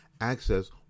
access